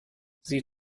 sie